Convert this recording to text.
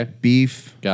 Beef